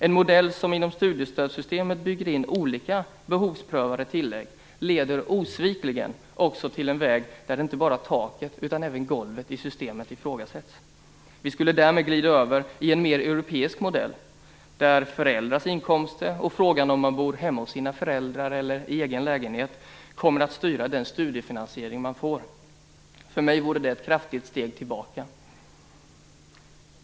En modell som inom studiestödssystemet bygger in olika behovsprövade tillägg leder osvikligen till en väg där inte bara taket utan även golvet i systemet ifrågasätts. Vi skulle därmed glida över i en mer europeisk modell, där föräldrars inkomster och frågan om man bor hemma hos sina föräldrar eller i egen lägenhet kommer att styra den studiefinansiering man får. För mig vore det ett kraftigt steg tillbaka.